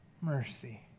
mercy